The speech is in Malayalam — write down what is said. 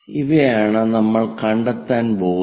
ഇവയാണ് നമ്മൾ കണ്ടെത്താൻ പോകുന്നത്